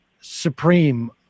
supreme